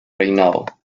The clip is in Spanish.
reinado